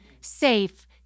safe